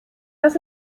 das